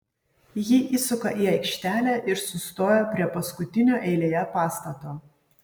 ji įsuka į aikštelę ir sustoja prie paskutinio eilėje pastato